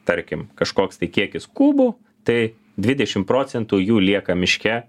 tarkim kažkoks tai kiekis kubų tai dvidešim procentų jų lieka miške